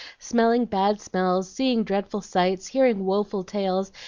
smelling bad smells, seeing dreadful sights, hearing woful tales,